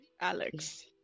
Alex